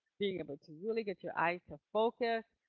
being able to really get your eyes to focus,